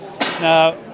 Now